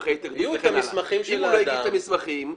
אם הוא לא הגיש את המסמכים,